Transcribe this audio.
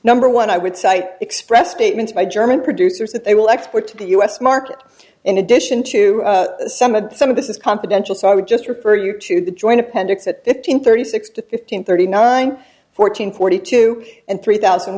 number one i would cite express statements by german producers that they will export to the u s market in addition to some of the some of this is confidential so i would just refer you to the joint appendix at fifteen thirty six to fifteen thirty nine fourteen forty two and three thousand